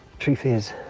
truth is,